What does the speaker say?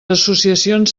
associacions